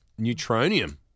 Neutronium